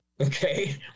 Okay